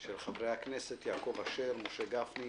התשע"ז-2017 של חברי הכנסת יעקב אשר, משה גפני,